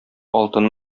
алтын